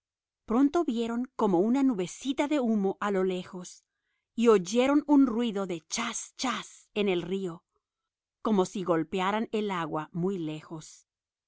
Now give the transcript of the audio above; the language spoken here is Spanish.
pronto vieron como una nubecita de humo a lo lejos y oyeron un ruido de chas chas en el río como si golpearan el agua muy lejos los